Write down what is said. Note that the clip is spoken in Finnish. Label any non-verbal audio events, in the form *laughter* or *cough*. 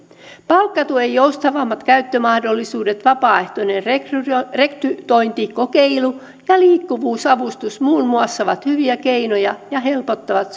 palkkatuen joustavammat käyttömahdollisuudet vapaaehtoinen rekrytointikokeilu rekrytointikokeilu ja liikkuvuusavustus ovat hyviä keinoja ja helpottavat *unintelligible*